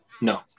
No